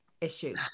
issue